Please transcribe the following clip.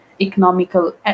economical